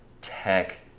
tech